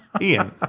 Ian